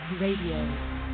Radio